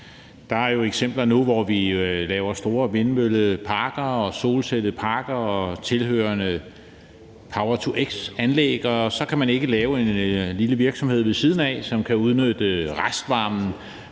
Der er jo nu eksempler på, at vi laver store vindmølleparker og solcelleparker og tilhørende power-to-x-anlæg, og at man så ikke kan lave en lille virksomhed ved siden af, som kan udnytte restvarmen